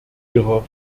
ihrer